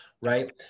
right